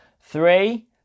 Three